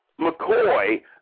McCoy